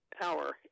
power